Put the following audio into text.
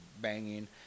banging